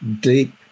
deep